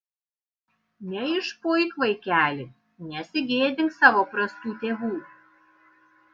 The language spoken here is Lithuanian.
neišpuik vaikeli nesigėdink savo prastų tėvų